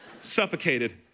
suffocated